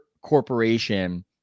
corporation